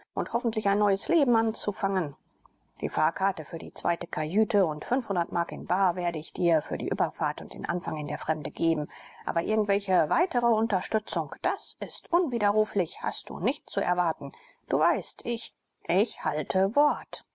und hoffentlich ein neues leben anzufangen die fahrkarte für die zweite kajüte und mark in bar werde ich dir für die überfahrt und den anfang in der fremde geben aber irgendwelche weitere unterstützung das ist unwiderruflich hast du nicht zu erwarten du weißt ich ich halte wort